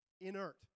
Inert